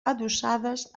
adossades